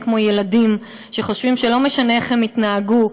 כמו ילדים שחושבים שלא משנה איך הם יתנהגו,